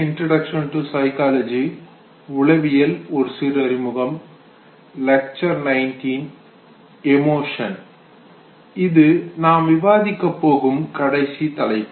இது நாம் விவாதிக்கப் போகும் கடைசி தலைப்பு